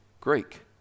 Greek